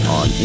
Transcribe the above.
on